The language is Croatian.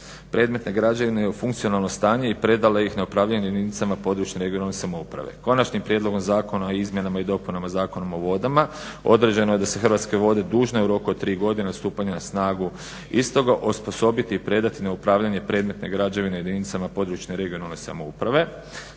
predmetne građevine i u funkcionalno stanje i predale ih na upravljanje jedinicama područne, regionalne samouprave. Konačnim prijedlogom Zakona o izmjenama i dopunama Zakona o vodama određeno je da se Hrvatske vode dužne u roku od 3. godine od stupanja na snagu istoga osposobiti i predati na upravljanje predmetne građevine jedinicama područne, regionalne samouprave.